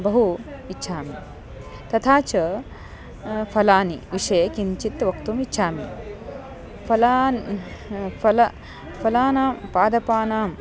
बहु इच्छामि तथा च फलानि विषये किञ्चित् वक्तुम् इच्छामि फलानि फलं फलानां पादपानां